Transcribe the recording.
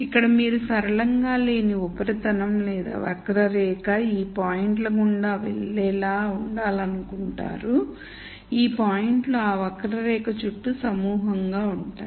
ఇక్కడ మీరు సరళంగా లేని ఉపరితలం లేదా వక్రరేఖ ఈ పాయింట్ల గుండా వెళ్లేలా ఉండాలనుకుంటున్నారు ఈ పాయింట్లు ఆ వక్రరేఖ చుట్టూ సమూహంగా ఉంటాయి